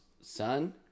son